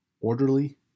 orderly